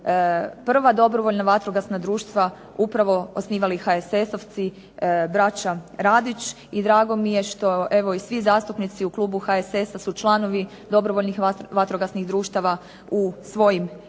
prva dobrovoljna vatrogasna društva upravo osnivali HSS-ovci braća Radić i drago mi je što evo i svi zastupnici u klubu HSS-a su članovi dobrovoljnih vatrogasnih društava u svojim mjestima.